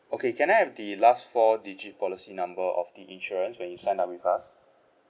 okay can I have the last four digit policy number of the insurance when you sign up with us